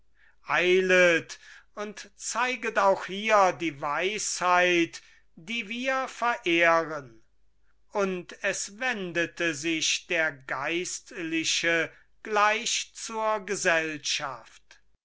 eilet und zeiget auch hier die weisheit die wir verehren und es wendete sich der geistliche gleich zur gesellschaft